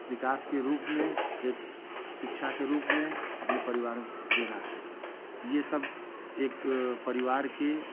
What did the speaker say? बिकास के रूप में ये शिक्षा के रूप में अपने परिवार देना है ये सब एक परिवार के